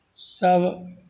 सभ